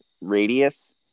radius